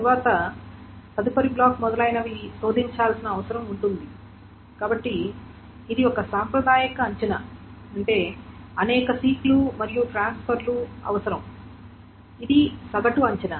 తరువాత తదుపరి బ్లాక్ మొదలైనవి శోధించాల్సిన అవసరం ఉంది కాబట్టి ఇది ఒక సాంప్రదాయిక అంచనా అంటే అనేక సీక్ లు మరియు ట్రాన్స్ఫర్ లు అవసరం ఇది సగటు అంచనా